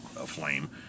aflame